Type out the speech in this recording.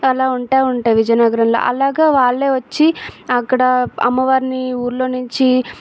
అలా ఉంటు ఉంటాయి విజయనగరంలో అలాగ వాళ్ళు వచ్చి అక్కడ అమ్మవారిని ఊళ్ళో నుంచి